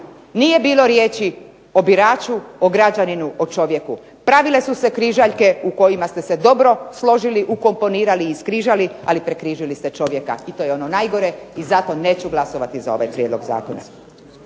nije bilo riječi o biraču, o građaninu, o čovjeku. Pravile su se križaljke u kojima ste se dobro složili, ukomponirali, iskrižali, ali prekrižili ste čovjeka i to je ono najgore i zato neću glasovati za ovaj prijedlog zakona.